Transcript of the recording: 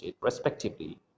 respectively